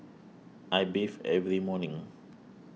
I bathe every morning